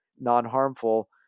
non-harmful